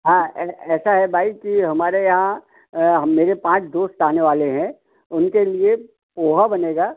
हाँ ऐसा है बाई कि हमारे यहाँ मेरे पाँच दोस्त आने वाले हैं उनके लिए पोहा बनेगा